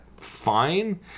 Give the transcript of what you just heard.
fine